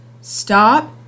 Stop